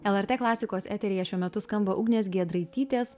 lrt klasikos eteryje šiuo metu skamba ugnės giedraitytės